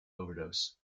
overdose